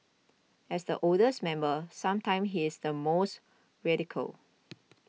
as the oldest member sometimes he is the most radical